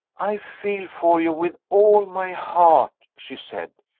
i feel for you with all my heart, she said.